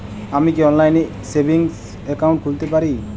আমি কি অনলাইন এ সেভিংস অ্যাকাউন্ট খুলতে পারি?